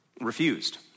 refused